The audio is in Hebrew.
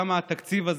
כמה התקציב הזה,